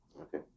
okay